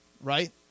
right